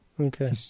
Okay